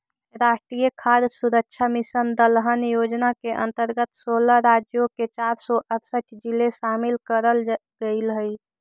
राष्ट्रीय खाद्य सुरक्षा मिशन दलहन योजना के अंतर्गत सोलह राज्यों के चार सौ अरसठ जिले शामिल करल गईल हई